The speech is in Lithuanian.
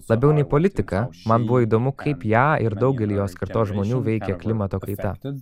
labiau nei politika man buvo įdomu kaip ją ir daugelį jos kartos žmonių veikia klimato kaita